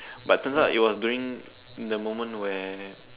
but turn out it was during the moment where